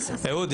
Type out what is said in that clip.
אהוד,